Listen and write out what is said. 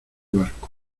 barco